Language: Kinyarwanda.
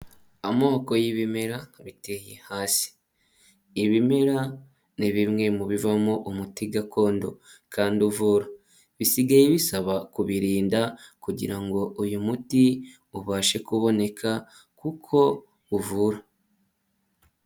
Amoko y'ibimera biteye hasi, ibimera ni bimwe mu bivamo umuti gakondo kandi uvura, bisigaye bisaba kubirinda kugira ngo uyu muti ubashe kuboneka kuko uvura.